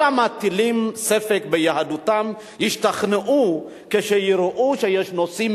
כל המטילים ספק ביהדותם ישתכנעו כשיראו שיש נושאים